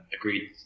agreed